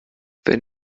wenn